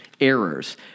errors